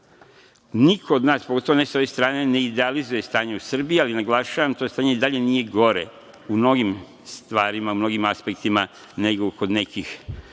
ima. Niko od nas, pogotovo ne sa ove strane neidealizuje stanje u Srbiji, ali naglašavam, to stanje i dalje nije gore u mnogim stvarima, mnogim aspektima nego kod nekih